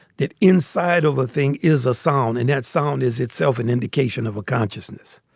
that inside of a thing is a sound. and that sound is itself an indication of a consciousness.